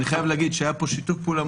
ואני חייב להגיד שהיה פה שיתוף פעולה